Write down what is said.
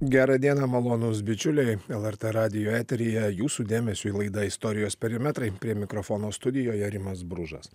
gerą dieną malonūs bičiuliai lrt radijo eteryje jūsų dėmesiui laida istorijos perimetrai prie mikrofono studijoje rimas bružas